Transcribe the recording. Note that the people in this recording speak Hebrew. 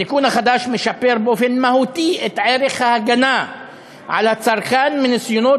התיקון החדש משפר באופן מהותי את ערך ההגנה על הצרכן מניסיונות